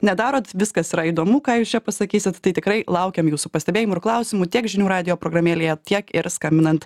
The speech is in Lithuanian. nedarot viskas yra įdomu ką jūs čia pasakysit tai tikrai laukiam jūsų pastebėjimų ir klausimų tiek žinių radijo programėlėje tiek ir skambinant